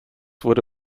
wurde